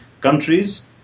countries